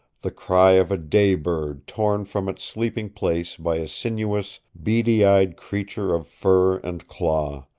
the cry of a day-bird torn from its sleeping place by a sinuous, beady-eyed creature of fur and claw,